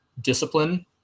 discipline